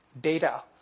data